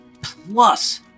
plus